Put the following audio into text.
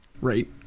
right